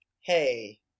hey